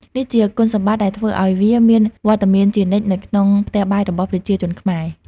នេះជាគុណសម្បត្តិដែលធ្វើឲ្យវាមានវត្តមានជានិច្ចនៅក្នុងផ្ទះបាយរបស់ប្រជាជនខ្មែរ។